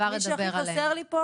מי שהכי חסר לי פה